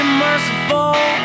merciful